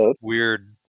weird